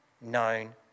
known